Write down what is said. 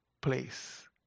place